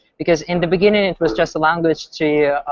because in the beginning, it was just the language to,